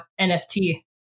NFT